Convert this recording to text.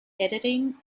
editing